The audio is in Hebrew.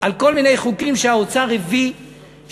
על כל מיני חוקים שהאוצר הביא,